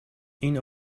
این